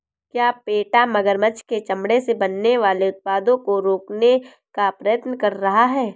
क्या पेटा मगरमच्छ के चमड़े से बनने वाले उत्पादों को रोकने का प्रयत्न कर रहा है?